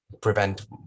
prevent